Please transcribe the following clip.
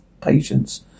patients